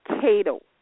Cato